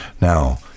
now